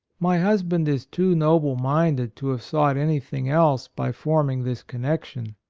my husband is too noble-minded to have sought anything else, by form ing this connexion,